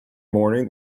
morning